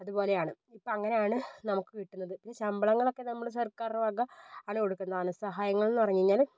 അതുപോലെയാണ് ഇപ്പം അങ്ങനെയാണ് നമുക്ക് കിട്ടുന്നത് പിന്നെ ശമ്പളങ്ങളൊക്കെ നമ്മൾ സർക്കാരുടെ വക അങ്ങനെ കൊടുക്കുന്നതാണ് സഹായങ്ങളെന്ന് പറഞ്ഞു കഴിഞ്ഞാൽ